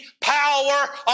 power